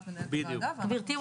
גבירתי,